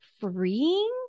freeing